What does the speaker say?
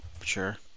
Sure